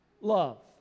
love